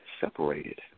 separated